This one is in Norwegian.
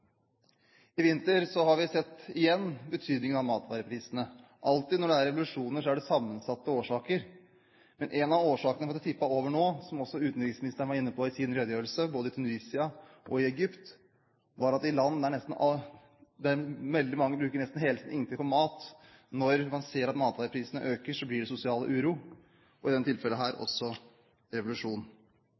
I vinter har vi igjen sett betydningen av matvareprisene. Alltid når det er revolusjoner, har det sammensatte årsaker. Men en av årsakene til at det tippet over nå – som også utenriksministeren var inne på i sin redegjørelse når det gjaldt både Tunisia og Egypt – var at veldig mange der bruker nesten hele sin inntekt på mat. Når man ser at matvareprisene øker, blir det sosial uro, og i disse tilfellene også